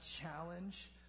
challenge